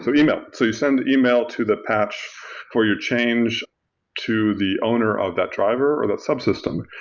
so email. so you send email to the patch where you change to the owner of that driver or that subsystem,